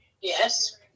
Yes